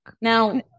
now